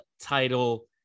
title